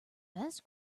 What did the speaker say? best